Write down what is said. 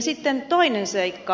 sitten toinen seikka